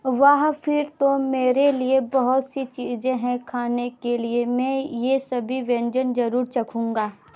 वाह फिर तो मेरे लिये बहुत सी चीज़ें हैं खाने के लिये मैं ये सभी व्यंजन ज़रूर चखूँगा